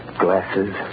glasses